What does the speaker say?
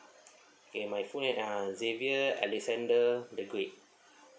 okay my full name uh xavier alexander the great